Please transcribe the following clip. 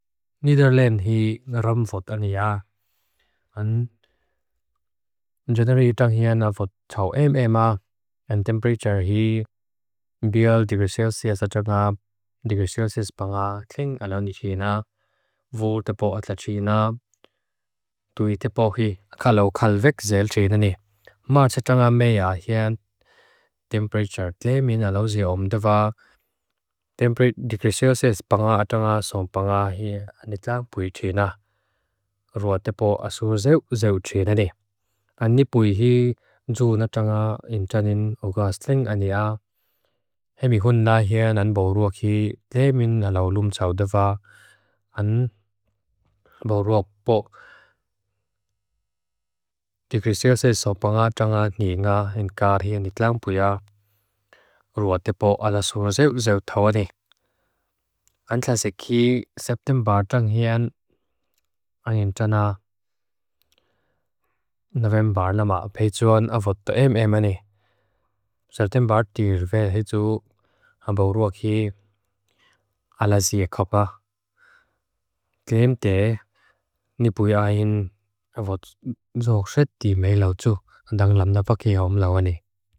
Nidderland hi nguram fud an iya. An. In general, itang hia na fud tau em em a. And temperature hi biel degrees celsius atang a. Degrees celsius pang a. Kling anonichina. Vu tepo atachina. Tui tepo hi. Kalau kalvek zel china ni. March atang a mea hian. Temperature te min alawzi omdava. Temperate degrees celsius pang a atang a. Sompang a. Hian. Nidderland puichina. Ruwa tepo asurzeuk zel china ni. An ni pui hi. Njuu natang a. Intanin. Oga sling an iya. Hemihun na hian. An boruak hi. Te min alawlum zawdava. An. Boruak po. Degrees celsius sompang a atang a. Nyi inga. Henkar. Hian. Nidderland pui a. Ruwa tepo alasurzeuk zel tawa ni. An tlasek hi. September tang hian. Angin tana. November na ma. Pechuan. Avod. Teim ema ni. September tirve. Hechu. An boruak hi. Alawzi ekapa. Keem te. Nipuia angin. Avod. Dzogset. Timei lau tsu. Ndang lamdapak hi omdava ni.